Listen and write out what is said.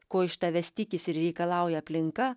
ko iš tavęs tikisi ir reikalauja aplinka